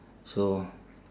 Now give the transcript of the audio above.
so